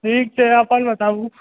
ठीक छै अपन बताबु